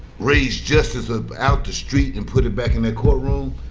raise justice ah out the street and put it back in that courtroom,